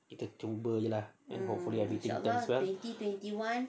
kita cuba jer lah kan hopefully everything goes well